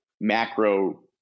macro